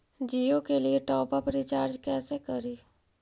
जियो के लिए top up recharge कैसे करी?